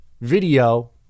video